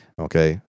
okay